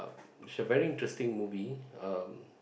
it's a very interesting movie um